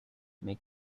make